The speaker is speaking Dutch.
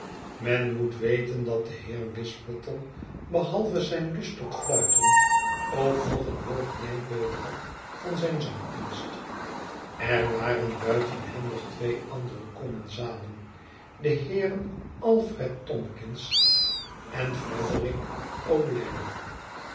men moet weten dat de heer wisbottle behalve zijn lust tot fluiten ook nog een hoog denkbeeld had van zijn zangkunst er waren buiten hen nog twee andere commensalen de heeren alfred tomkins en